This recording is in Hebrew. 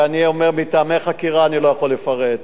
ואני אומר: מטעמי חקירה אני לא יכול לפרט,